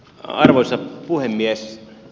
arvoisa puhemies